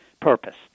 purpose